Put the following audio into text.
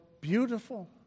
beautiful